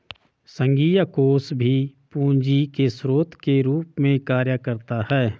संघीय कोष भी पूंजी के स्रोत के रूप में कार्य करता है